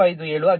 0857 ಆಗಿದೆ